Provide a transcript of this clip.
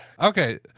okay